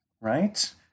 right